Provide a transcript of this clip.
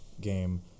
game